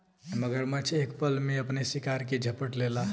मगरमच्छ एक पल में अपने शिकार के झपट लेला